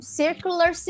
circular